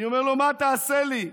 אני אומר לו: מה תעשה לי?